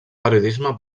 periodisme